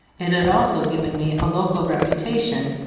it had also given me a local reputation,